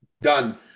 Done